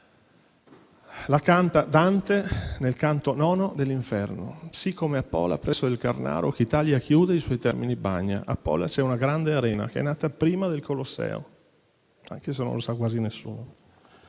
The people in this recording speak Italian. La canta Dante nel canto IX dell'Inferno: «Sì com'a Pola, presso del Carnaro ch'Italia chiude e suoi termini bagna». A Pola sorge una grande arena, che è nata prima del Colosseo, anche se non lo sa quasi nessuno.